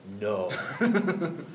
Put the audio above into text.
no